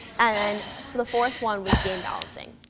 and then for the fourth one was game balancing.